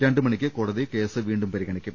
രണ്ടുമണിയ്ക്ക് കോടതി കേസ് വീണ്ടും പരിഗണിക്കും